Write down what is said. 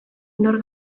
nor